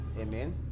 Amen